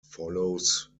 follows